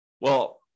well-